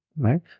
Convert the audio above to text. Right